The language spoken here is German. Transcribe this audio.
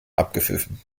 abgepfiffen